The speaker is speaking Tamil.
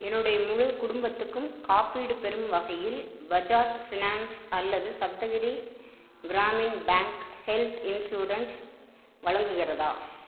என்னுடைய முழு குடும்பத்துக்கும் காப்பீடு பெறும் வகையில் பஜாஜ் ஃபினான்ஸ் அல்லது Saptagiri Gramin bank health insurance வழங்குகிறதா